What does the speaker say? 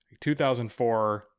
2004